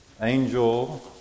angel